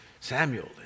Samuel